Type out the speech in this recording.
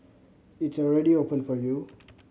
it's already open for you